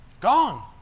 Gone